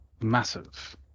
massive